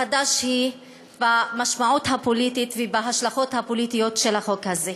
החדש הוא במשמעות הפוליטית ובהשלכות הפוליטיות של החוק הזה.